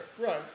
Right